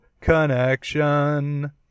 Connection